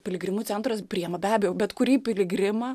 piligrimų centras priima be abejo bet kurį piligrimą